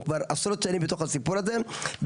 אנחנו כבר עשרות שנים בתוך הסיפור הזה ולכן